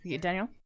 Daniel